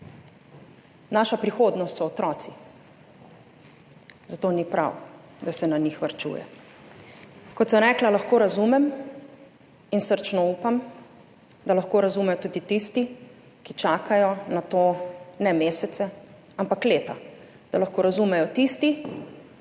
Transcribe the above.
Naša prihodnost so otroci, zato ni prav, da se na njih varčuje. Kot sem rekla, lahko razumem. In srčno upam, da lahko razumejo tudi tisti, ki čakajo na to ne mesece, ampak leta, da lahko razumejo tisti,